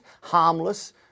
harmless